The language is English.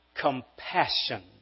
compassion